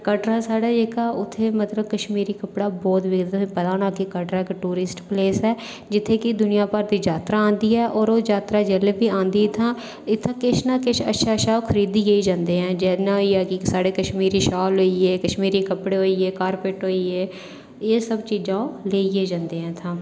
कटरा साढ़ा जेह्का उत्थै मतलब कि कश्मीरी कपड़ा बिकदा होना तु'सेंगी पता होना की कटरै इक्क टुरिस्ट प्लेस ऐ जित्थें की दूनिया भर दी जात्तरा आंदी ऐ होर ओह् जात्तरा बी आंदी जित्थै इत्थै ओह् किश ना किश खरीदियै गै जंदे आं जि'यां होइया कि इक्क साढ़े कश्मीरी शाल होई गे कपड़े होई गे कारपेट होई गे एह् सब चीज़ां ओह् लेइयै जंदे इत्थुआं